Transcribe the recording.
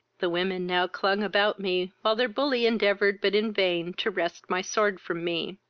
the women now clung about me, while their bully endeavoured, but in vain, to wrest my sword from me.